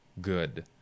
good